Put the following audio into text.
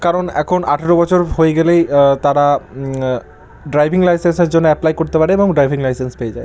কারণ এখন আঠেরো বছর হয়ে গেলেই তারা ড্রাইভিং লাইসেন্সের জন্য অ্যাপ্লাই করতে পারে এবং ড্রাইভিং লাইসেন্স পেয়ে যায়